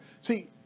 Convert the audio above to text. See